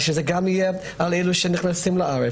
שזה יהיה גם על אלה שנכנסים לארץ.